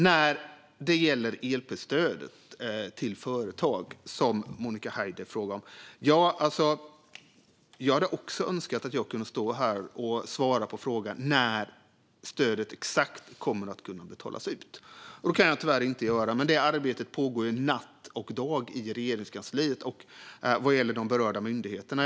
När det gäller elprisstödet till företag, som Monica Haider frågade om, hade jag önskat att jag hade kunnat svara på frågan om när stöden kan betalas ut. Det kan jag tyvärr inte göra, men arbetet med detta pågår natt och dag i Regeringskansliet och på de berörda myndigheterna.